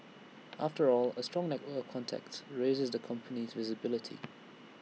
after all A strong network of contacts raises the company's visibility